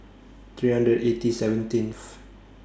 three hundred eighty seventeenth